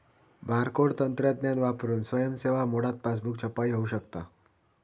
barcode तंत्रज्ञान वापरून स्वयं सेवा मोडात पासबुक छपाई होऊ शकता